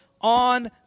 on